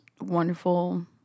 wonderful